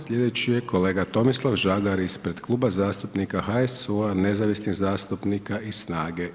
Sljedeći je kolega Tomislav Žagar ispred Kluba zastupnika HSU-a, nezavisnih zastupnika i SNAGA-e.